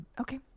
okay